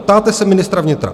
Ptáte se ministra vnitra.